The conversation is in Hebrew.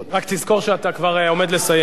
רק תזכור שאתה כבר עומד לסיים.